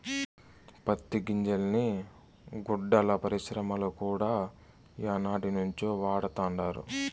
పత్తి గింజల్ని గుడ్డల పరిశ్రమల కూడా ఏనాటినుంచో వాడతండారు